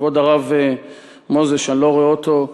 כבוד הרב מוזס, שאני לא רואה אותו,